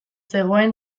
zegoen